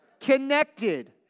Connected